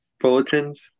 Bulletins